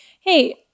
Hey